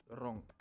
wrong